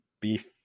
beef